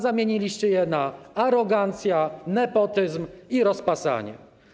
Zamieniliście je na: arogancja, nepotyzm i rozpasanie.